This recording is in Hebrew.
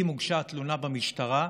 אם הוגשה תלונה במשטרה,